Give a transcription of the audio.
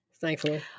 thankfully